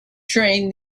train